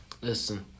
Listen